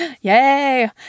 Yay